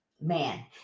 man